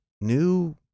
new